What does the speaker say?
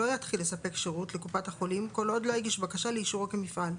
לא יתחיל לספק שירות לקופת החולים כל עוד לא הגיש בקשה לאישורו כמפעל,